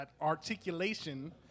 articulation